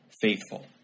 faithful